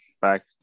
back